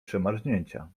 przemarznięcia